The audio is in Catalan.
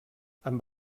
amb